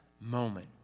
moment